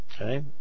Okay